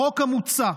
החוק המוצע,